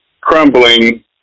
crumbling